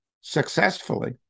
successfully